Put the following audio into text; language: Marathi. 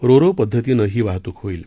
रोरो पद्धतीनं ही वाहतूक होईल